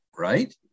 right